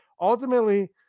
Ultimately